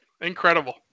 incredible